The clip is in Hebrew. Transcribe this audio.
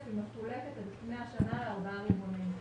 היא מחולקת על פני השנה לארבעה רבעונים.